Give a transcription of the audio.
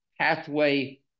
pathway